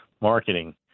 marketing